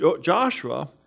Joshua